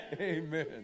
Amen